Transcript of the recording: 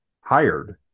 hired